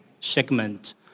segment